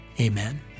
Amen